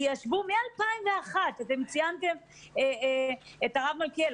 כי ישבו מ-2001 אתם ציינתם את הרב מלכיאור.